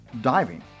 diving